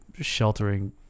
sheltering